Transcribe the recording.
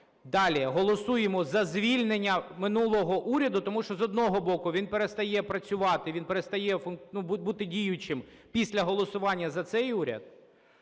Далі голосуємо за звільнення минулого уряду. Тому що, з одного боку, він перестає працювати, він перестає бути діючим після голосування за цей уряд.